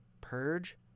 purge